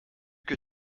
que